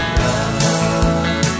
love